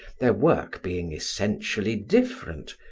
their work being essentially different,